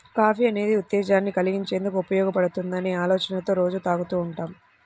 coffee అనేది ఉత్తేజాన్ని కల్గించేందుకు ఉపయోగపడుతుందనే ఆలోచనతో రోజూ తాగుతూ ఉంటాం